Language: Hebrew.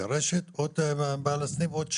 את הרשת או את בעל הסניף או את שניהם?